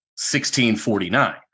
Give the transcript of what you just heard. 1649